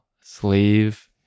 sleeve